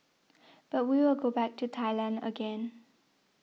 but we will go back to Thailand again